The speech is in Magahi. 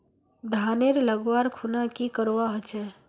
धानेर लगवार खुना की करवा होचे?